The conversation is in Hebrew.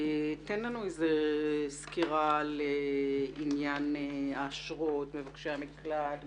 תן לנו סקירה על עניין האשרות ומבקשי המקלט.